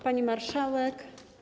Pani Marszałek!